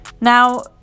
now